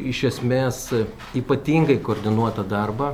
iš esmės ypatingai koordinuotą darbą